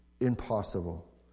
impossible